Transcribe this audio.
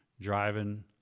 driving